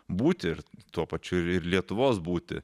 būtį ir tuo pačiu ir lietuvos būtį